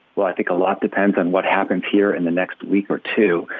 well, i think a lot depends on what happens here in the next week or two.